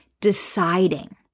deciding